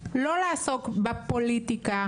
לא לעסוק בפוליטיקה,